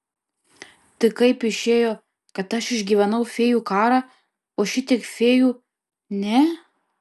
tai kaip išėjo kad aš išgyvenau fėjų karą o šitiek fėjų ne